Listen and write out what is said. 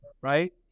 right